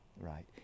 right